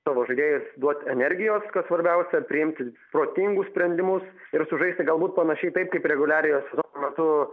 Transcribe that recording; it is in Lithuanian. savo žaidėjus duot energijos kas svarbiausia priimti protingus sprendimus ir sužaisti galbūt panašiai taip kaip reguliariojo sezono metu